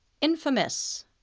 Infamous